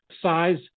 Size